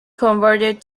converted